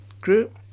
group